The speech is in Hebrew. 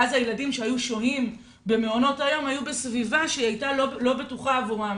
ואז הילדים שהיו שוהים במעונות היום היו בסביבה שהיא לא בטוחה עבורם,